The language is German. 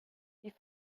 die